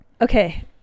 okay